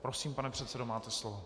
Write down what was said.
Prosím, pane předsedo, máte slovo.